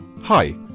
Hi